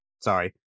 Sorry